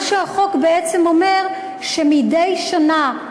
מה שהחוק בעצם אומר זה שמדי שנה,